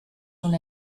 una